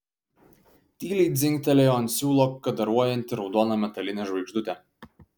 tyliai dzingtelėjo ant siūlo kadaruojanti raudona metalinė žvaigždutė